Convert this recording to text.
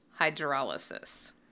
hydrolysis